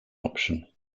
option